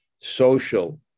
social